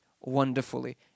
wonderfully